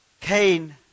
Cain